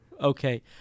Okay